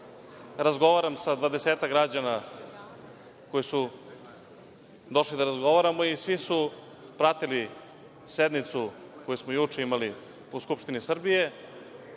razgovaram sa dvadesetak građana koji su došli da razgovaramo i svi su pratili sednicu koju smo juče imali u Skupštini Srbije.